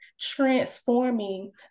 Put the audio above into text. transforming